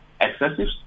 excessive